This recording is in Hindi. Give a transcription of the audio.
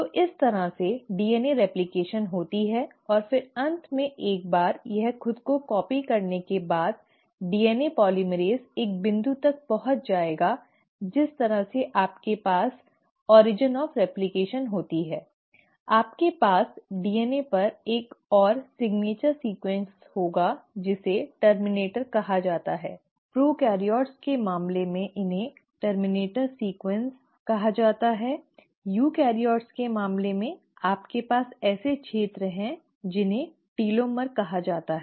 तो इस तरह से डीएनए रेप्लकेशन होती है और फिर अंत में एक बार यह खुद को कॉपी करने के बाद डीएनए पोलीमरेज़ एक बिंदु तक पहुंच जाएगा जिस तरह से आपके पास प्रतिकृति की उत्पत्ति होती है आपके पास DNA पर एक और हस्ताक्षर सीक्वन्स होगा जिसे टर्मिनेटर कहा जाता हैप्रोकैरियोट्स के मामले में इन्हें टर्मिनेटर सीक्वन्स कहा जाता है यूकेरियोट्स के मामले में आपके पास ऐसे क्षेत्र हैं जिन्हें टेलोमेयर कहा जाता है